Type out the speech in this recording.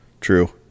True